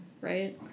Right